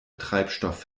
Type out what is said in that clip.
treibstoff